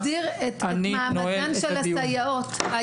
אני נועל את הדיון.